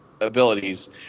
abilities